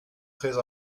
prêts